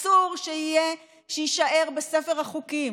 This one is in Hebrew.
אסור שיישאר בספר החוקים.